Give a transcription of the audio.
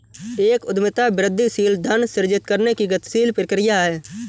एक उद्यमिता वृद्धिशील धन सृजित करने की गतिशील प्रक्रिया है